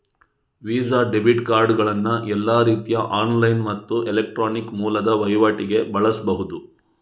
visa debit ಕಾರ್ಡುಗಳನ್ನ ಎಲ್ಲಾ ರೀತಿಯ ಆನ್ಲೈನ್ ಮತ್ತು ಎಲೆಕ್ಟ್ರಾನಿಕ್ ಮೂಲದ ವೈವಾಟಿಗೆ ಬಳಸ್ಬಹುದು